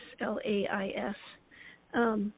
L-A-I-S